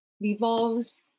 revolves